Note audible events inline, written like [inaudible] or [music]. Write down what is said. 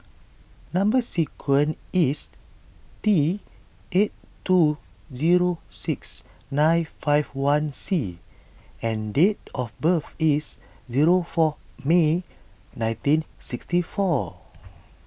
Number Sequence is T eight two zero six nine five one C and date of birth is zero four May nineteen sixty four [noise]